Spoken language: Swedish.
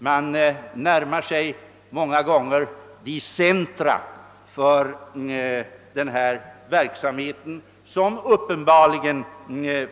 Man närmar sig många gånger de centra som uppenbarligen finns i den här verksamheten.